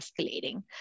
escalating